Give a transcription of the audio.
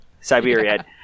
siberia